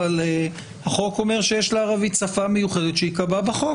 אבל החוק אומר שהערבית היא שפה מיוחדת שייקבע בחוק.